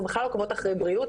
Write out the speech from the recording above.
אנחנו בכלל עוקבות אחר בריאות,